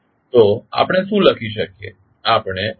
તો આપણે શું લખી શકીએ